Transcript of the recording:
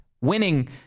Winning